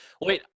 wait